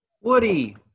Woody